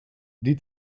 die